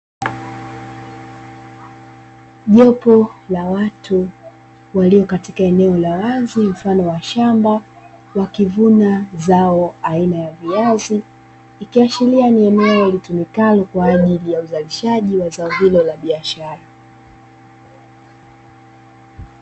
Jopo la watu walio katika eneo la wazi mfano wa shamba wakivuna zao aina ya viazi, ikiashiria ni eneo litumikalo kwa ajili ya uzalishaji wa zao hilo la biashara.